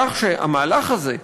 כך שהמהלך הזה,